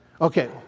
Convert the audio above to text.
okay